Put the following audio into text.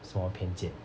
什么偏见